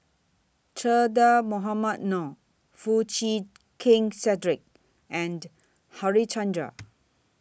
Che Dah Mohamed Noor Foo Chee Keng Cedric and Harichandra